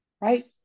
right